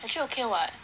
actually okay [what]